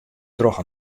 troch